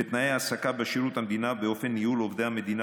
ותנאי העסקה בשירות המדינה ואופן ניהול עובדי המדינה